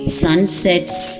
sunsets